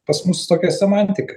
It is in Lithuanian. pas mus tokia semantika